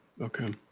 Okay